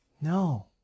No